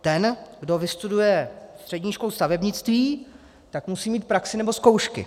Ten, kdo vystuduje střední školu stavebnictví, musí mít praxi nebo zkoušky.